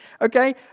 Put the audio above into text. Okay